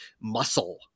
muscle